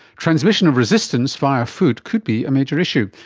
transmission of resistance via food could be a major issue.